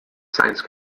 science